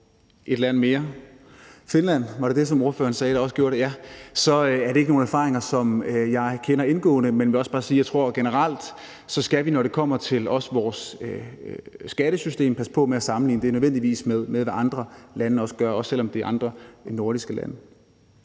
et land mere – jeg tror, det var Finland, som ordføreren sagde også gjorde det – så er det ikke nogle erfaringer, som jeg kender indgående. Men jeg vil også bare sige, at jeg generelt tror, at vi, når det kommer til vores skattesystem, så skal passe på med nødvendigvis at sammenligne det med, hvad andre lande gør, også selv om det er andre nordiske lande.